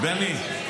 בני,